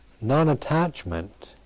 non-attachment